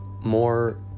more